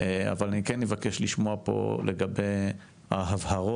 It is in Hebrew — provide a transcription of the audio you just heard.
אבל אני כן אבקש לשמוע פה לגבי ההבהרות